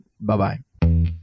Bye-bye